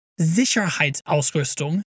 Sicherheitsausrüstung